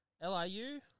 L-I-U